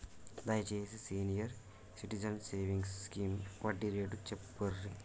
దయచేసి senior citizens savings scheme వడ్డీ rate చెప్పుర్రి